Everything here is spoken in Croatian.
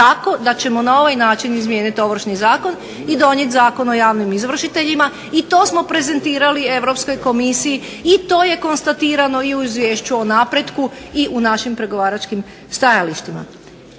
tako da ćemo na ovaj način izmijeniti Ovršni zakon i donijeti Zakon o javnim izvršiteljima i to smo prezentirali Europskoj komisiji i to je konstatirano i u izvješću o napretku i u našim pregovaračkim stajalištima